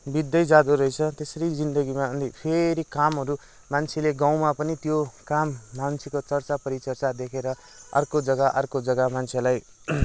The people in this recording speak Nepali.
बित्दै जाँदो रहेछ त्यसरी जिन्दगीमा फेरि कामहरू मान्छेले गाउँमा पनि त्यो काम मान्छेको चर्चा परिचर्चा देखेर अर्को जग्गा अर्को जग्गा मान्छेलाई